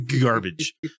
garbage